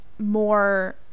more